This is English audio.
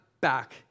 back